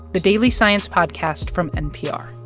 the daily science podcast from npr